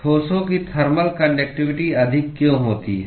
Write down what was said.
ठोसों की thermal conductivity अधिक क्यों होती है